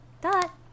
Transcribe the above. Dot